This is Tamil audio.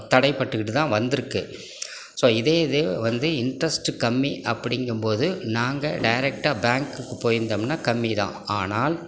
தடைப்பட்டுக்கிட்டு தான் வந்திருக்குது ஸோ இதே இது வந்து இன்ட்ரஸ்ட் கம்மி அப்படிங்கும்போது நாங்கள் டைரக்டாக பேங்குக்கு போயிருந்தோம்ன்னால் கம்மிதான் ஆனால்